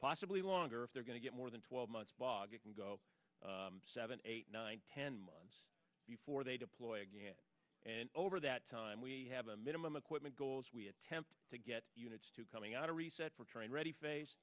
possibly longer if they're going to get more than twelve months seven eight nine ten months before they deploy again and over that time we have a minimum equipment goals we attempt to get units to coming out to reset for train ready